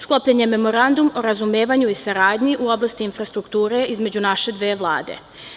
Sklopljen je Memorandum o razumevanju i saradnji u oblasti infrastrukture između naše dve vlade.